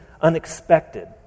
unexpected